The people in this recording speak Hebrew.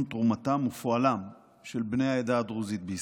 תרומתם ופועלם של בני העדה הדרוזית בישראל.